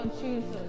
Jesus